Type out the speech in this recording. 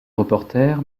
reporter